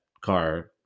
car